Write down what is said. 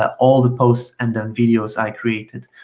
ah all the posts and then videos i created.